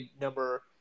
number